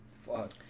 Fuck